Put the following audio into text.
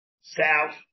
south